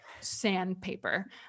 sandpaper